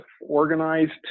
organized